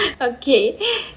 Okay